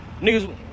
Niggas